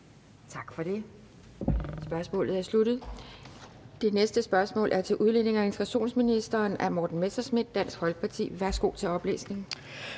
Tak for det. Spørgsmålet er sluttet. Det næste spørgsmål er til udlændinge- og integrationsministeren af hr. Morten Messerschmidt, Dansk Folkeparti. Kl. 18:27 Spm. nr.